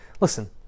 Listen